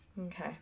Okay